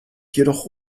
jedoch